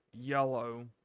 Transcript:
yellow